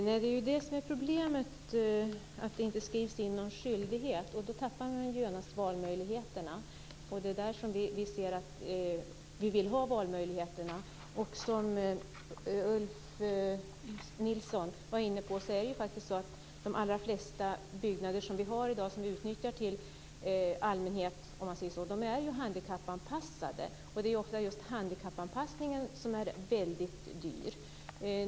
Fru talman! Problemet är just att det inte skrivs in någon skyldighet. Då tappar man genast valmöjligheterna. Det är därför som vi vill se att det finns valmöjligheter. Som Ulf Nilsson var inne på är det faktiskt så att de allra flesta byggnader som i dag så att säga utnyttjas för allmänheten är handikappanpassade. Ofta är det just handikappanpassningen som är väldigt dyr.